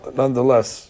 nonetheless